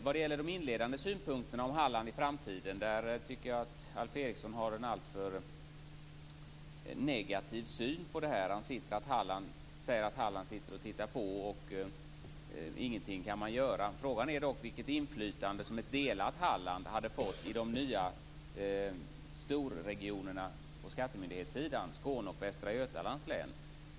Vad gäller de inledande synpunkterna om Halland i framtiden tycker jag att Alf Eriksson har en alltför negativ syn. Han säger att Halland sitter och tittar på, ingenting kan göras. Frågan är dock vilket inflytande som ett delat Halland hade fått i de nya storregionerna på skattemyndighetssidan, Skåne och Västra Götalands län.